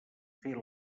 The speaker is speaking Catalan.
fer